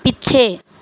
ਪਿੱਛੇ